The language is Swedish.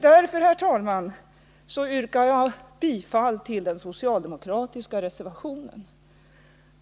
Därför, herr talman, yrkar jag bifall till den socialdemokratiska reservationen.